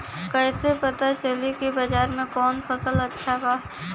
कैसे पता चली की बाजार में कवन फसल अच्छा बा?